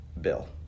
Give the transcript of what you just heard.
bill